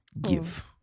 Give